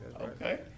Okay